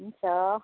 हुन्छ